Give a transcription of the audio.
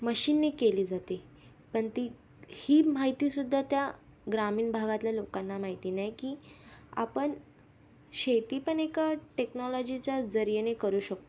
मशीनने केली जाते पण ती ही माहिती सुद्धा त्या ग्रामीण भागातल्या लोकांना माहिती नाही की आपण शेती पण एका टेक्नाॅलॉजीचा जरियाने करू शकतो